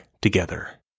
together